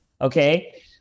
Okay